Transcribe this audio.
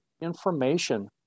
information